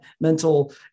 mental